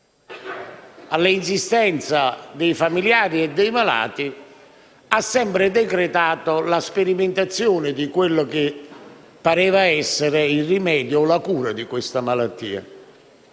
all'insistenza dei familiari e dei malati, ha sempre decretato la sperimentazione di ciò che pareva essere il rimedio o la cura di questa malattia,